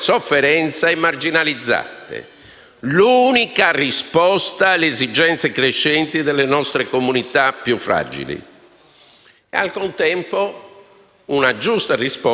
Al contempo è una giusta risposta di contrasto alle derive populiste, xenofobe e autoritarie che ci sono in Italia, in Europa e nel mondo.